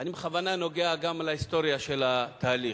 אני בכוונה נוגע בהיסטוריה של התהליך,